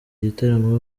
igitaramo